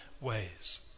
ways